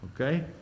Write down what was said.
Okay